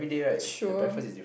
sure